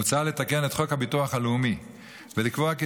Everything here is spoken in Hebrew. מוצע לתקן את חוק הביטוח הלאומי ולקבוע כי